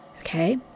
Okay